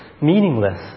meaningless